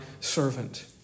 servant